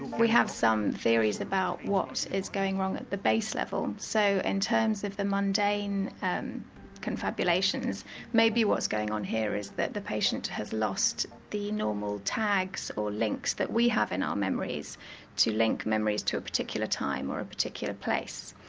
we have some theories about what is going wrong at the base level. so in and terms of the mundane um confabulations maybe what's going on here is that the patient has lost the normal tags or links that we have in our memories to link memories to a particular time or a particular place.